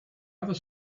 other